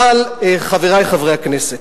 אבל, חברי חברי הכנסת,